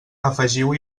afegiu